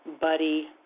buddy